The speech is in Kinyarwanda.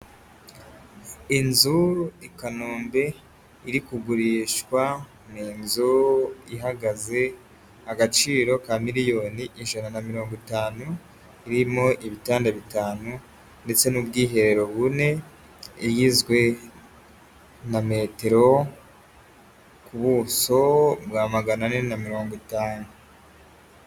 Inzu i Kanombe iri kugurishwa ni inzu ihagaze agaciro ka miliyoni ijana na mirongo itanu, irimo ibitanda bitanu ndetse n'ubwiherero bune, igizwe na metero ku buso bwa magana ane na mirongo itanu.